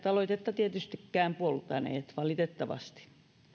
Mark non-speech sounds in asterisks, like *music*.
*unintelligible* aloitetta tietystikään puoltaneet valitettavasti